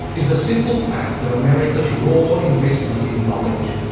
is the simple fact of america's raw investment in knowledge.